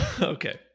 Okay